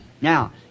Now